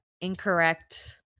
incorrect